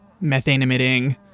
methane-emitting